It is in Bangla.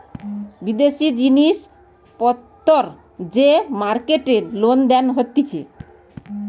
বিদেশি জিনিস পত্তর যে মার্কেটে লেনদেন হতিছে